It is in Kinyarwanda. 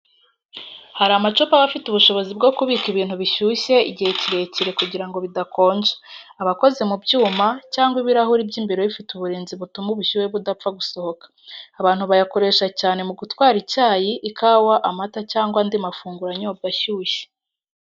Hari amacupa aba afite ubushobozi bwo kubika ibintu bishyushye igihe kirekire kugira ngo bidakonja. Aba akoze mu byuma, cyangwa ibirahuri by'imbere bifite uburinzi butuma ubushyuhe budapfa gusohoka. Abantu bayakoresha cyane mu gutwara icyayi, ikawa, amata cyangwa andi mafunguro anyobwa ashyushye.